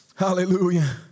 Hallelujah